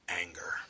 anger